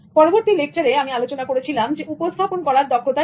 এবং পরবর্তী লেকচারে আমি আলোচনা করেছিলাম উপস্থাপন করার দক্ষতা নিয়ে